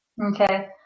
okay